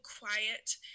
quiet